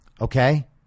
Okay